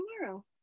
tomorrow